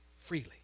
freely